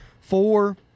Four